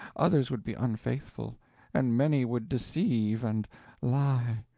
others would be unfaithful and many would deceive, and lie.